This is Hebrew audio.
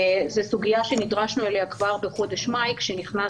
זו סוגיה שנדרשנו אליה כבר בחודש מאי כשנכנס